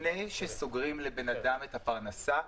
לפני שסוגרים לאדם את הפרנסה,